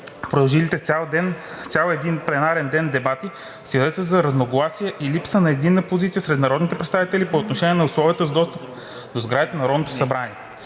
продължилите цял един пленарен ден дебати свидетелстват за разногласие и липса на единна позиция сред народните представители по отношение на условията за достъп до сградите на Народното събрание.